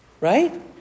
Right